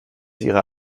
ihrer